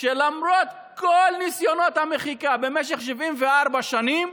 שלמרות כל ניסיונות המחיקה במשך 74 שנים,